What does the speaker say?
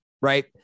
right